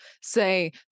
say